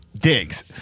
digs